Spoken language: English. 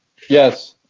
yes.